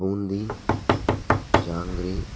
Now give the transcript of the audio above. boondi jangiri